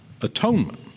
atonement